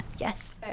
Yes